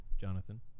Jonathan